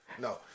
No